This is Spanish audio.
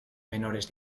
menores